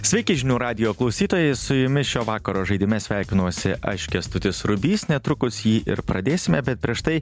sveiki žinių radijo klausytojai su jumis šio vakaro žaidime sveikinuosi aš kęstutis rūbys netrukus jį ir pradėsime bet prieš tai